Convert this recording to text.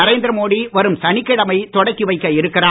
நரேந்திர மோடி வரும் சனிக்கிழமை தொடக்கி வைக்க இருக்கிறார்